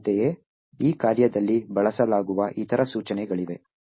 ಅಂತೆಯೇ ಈ ಕಾರ್ಯದಲ್ಲಿ ಬಳಸಲಾಗುವ ಇತರ ಸೂಚನೆಗಳಿವೆ